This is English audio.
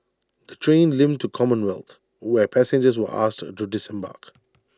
the train limped to commonwealth where passengers were asked to disembark